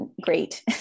great